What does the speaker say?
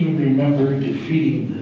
remember defeating